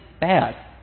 bad